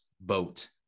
boat